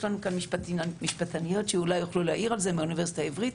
יש לנו כאן משפטניות מהאוניברסיטה העברית